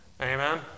Amen